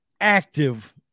active